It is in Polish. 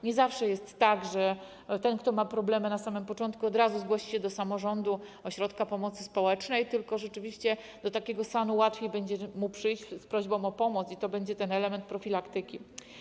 Nie zawsze jest tak, że ten, kto ma problemy, od razu, na samym początku zgłosi się do samorządu, ośrodka pomocy społecznej, tylko rzeczywiście do takiego SAN-u łatwiej będzie mu przyjść z prośbą o pomoc, i to będzie element profilaktyki.